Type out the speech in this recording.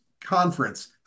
conference